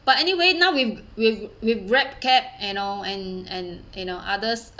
but anyway now we've we've Grab cab you know and and you know others